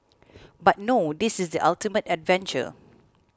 but no this is the ultimate adventure